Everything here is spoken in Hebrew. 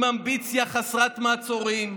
עם אמביציה חסרת מעצורים,